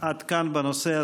עד כאן בנושא הזה.